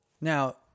now